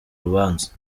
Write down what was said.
rubanza